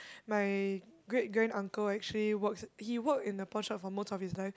my great grand uncle actually works he work in a pawnshop for most of his life